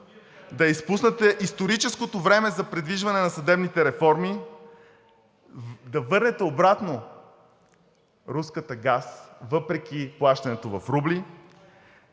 да изпуснете историческото време за придвижване на съдебните реформи, да върнете обратно руския газ, въпреки плащането в рубли,